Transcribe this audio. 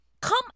come